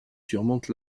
surmonte